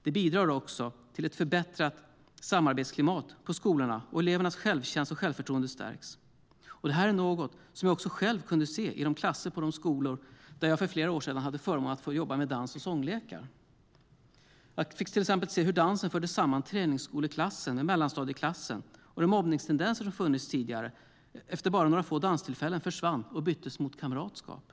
Det bidrar också till ett förbättrat samarbetsklimat på skolorna, och elevernas självkänsla och självförtroende stärks. Det är något som jag själv kunde se i de klasser och på de skolor där jag för flera år sedan hade förmånen att få jobba med dans och sånglekar. Jag fick till exempel se hur dansen förde samman träningsskoleklassen med mellanstadieklassen och hur de mobbningstendenser som funnits tidigare efter bara några få danstillfällen försvann och byttes mot kamratskap.